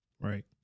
Right